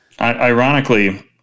Ironically